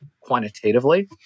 quantitatively